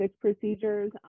procedures